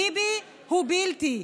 ביבי, הוא בלתי.